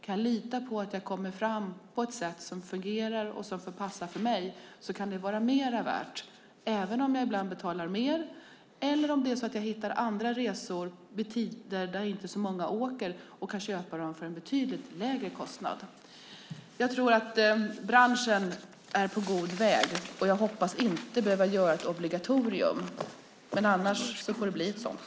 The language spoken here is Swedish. Kan jag lita på att jag kommer fram på ett sätt som fungerar och passar för mig kan det vara mer värt, även om jag ibland betalar mer eller om det är så att jag hittar andra resor på tider då inte så många åker och kan köpa dem för en betydligt lägre kostnad. Jag tror att branschen är på god väg, och jag hoppas inte behöva göra ett obligatorium. Annars får det bli ett sådant.